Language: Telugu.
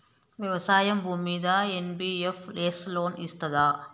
వ్యవసాయం భూమ్మీద ఎన్.బి.ఎఫ్.ఎస్ లోన్ ఇస్తదా?